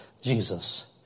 Jesus